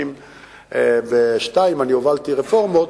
כשב-1982 אני הובלתי רפורמות